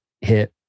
hit